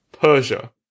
Persia